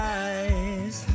eyes